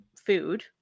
food